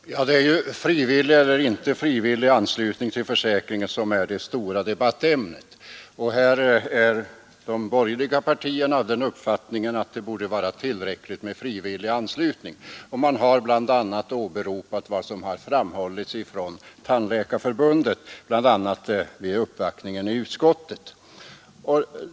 Fru talman! Det är ju frivillig eller inte frivillig anslutning till försäkringen som är det stora debattämnet. Här är de borgerliga partierna av den uppfattningen att det borde vara tillräckligt med frivillig anslutning, och man har åberopat vad som har framhållits från Tandläkarförbundet, bl.a. vid uppvaktningen i utskottet.